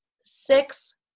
six